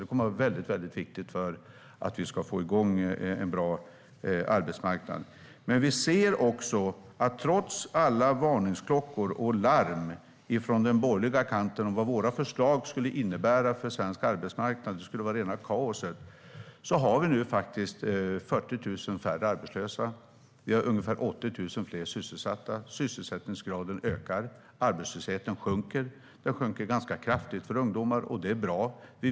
Det kommer att vara väldigt viktigt för att vi ska få igång en bra arbetsmarknad. Vi ser också att vi faktiskt har 40 000 färre arbetslösa, trots alla varningsklockor och larm från den borgerliga kanten om att våra förslag skulle innebära rena kaoset för svensk arbetsmarknad. Ungefär 80 000 fler är sysselsatta. Sysselsättningsgraden ökar. Arbetslösheten sjunker. Den sjunker ganska kraftigt för ungdomar, och det är bra.